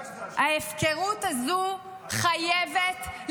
את יודעת שזה על --- ישעיהו דיבר על --- ההפקרות הזו חייבת להסתיים.